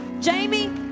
Jamie